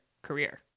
career